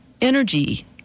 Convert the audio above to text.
energy